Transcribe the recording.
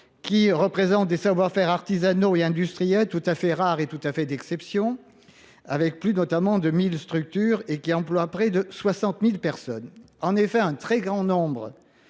qui représentent des savoir-faire artisanaux et industriels tout à fait rares et tout à fait d'exception. avec plus notamment de 1000 structures et qui emploie près de 60 000 personnes. En effet, un très grand nombre